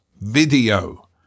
video